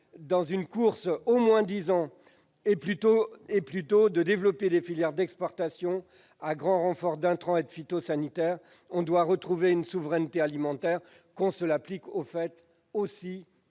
dans une course au moins-disant et de développer des filières d'exportation à grand renfort d'intrants et de phytosanitaires, doit retrouver une souveraineté alimentaire ; qu'on se l'applique aussi